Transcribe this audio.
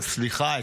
סליחה,